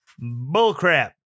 Bullcrap